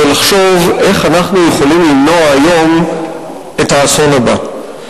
זה לחשוב איך אנחנו יכולים למנוע היום את האסון הבא.